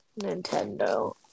Nintendo